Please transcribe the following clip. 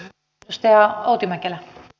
i stä ja outi yhdessä mukana